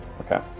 Okay